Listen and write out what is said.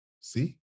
see